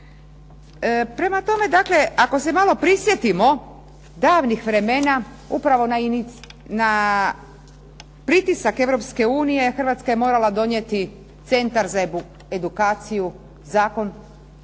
Prema tome, dakle ako se malo prisjetimo davnih vremena upravo na pritisak Europske unije, Hrvatska je morala donijeti centar za edukaciju, zakon,